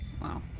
Wow